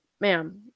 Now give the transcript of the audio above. ma'am